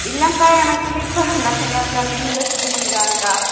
இல்லைக்கா எனக்கு க்ளீன் பண்ணத் தெரியாதுக்கா நீங்களே சுத்தம் பண்ணி தாங்க்கா